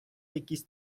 якісь